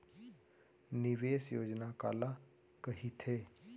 निवेश योजना काला कहिथे?